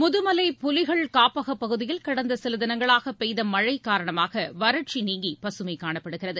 முதுமலை புலிகள் காப்பக பகுதியில் கடந்த சில தினங்களாக பெய்த மழை காரணமாக வறட்சி நீங்கி பசுமை காணப்படுகிறது